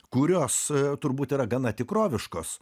kurios turbūt yra gana tikroviškos